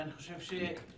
אני חושב שעל